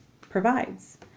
provides